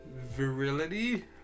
virility